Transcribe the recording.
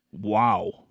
Wow